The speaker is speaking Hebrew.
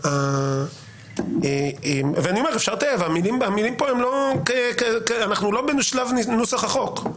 אני אומר שאנחנו לא בשלב נוסח החוק.